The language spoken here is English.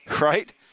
Right